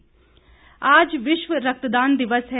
रक्तदान दिवस आज विश्व रक्तदान दिवस है